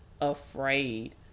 afraid